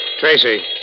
Tracy